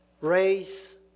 race